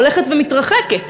הולכת ומתרחקת,